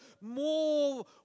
more